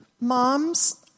Moms